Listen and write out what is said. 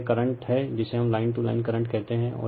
तो यह करंट हैजिसे हम लाइन टू लाइन करंट कहते हैं